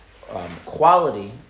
quality